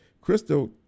Crystal